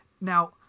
Now